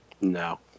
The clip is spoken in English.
No